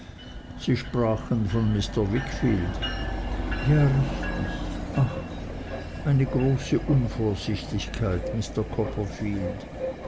sie sprachen von mr wickfield ja richtig ach eine große unvorsichtigkeit mister copperfield